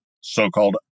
so-called